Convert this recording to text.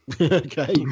Okay